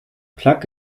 plug